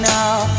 now